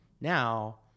now